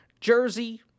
jersey